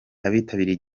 abitabiriye